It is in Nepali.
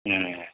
ए